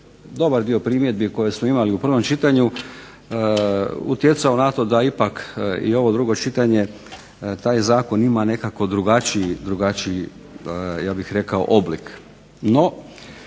dobar dio primjedbi koje smo imali u prvom čitanju utjecali na to da ipak i ovo drugo čitanje taj zakon ima nekako drugačiji ja bih rekao oblik.